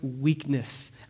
weakness